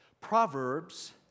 Proverbs